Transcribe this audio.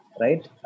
right